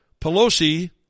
Pelosi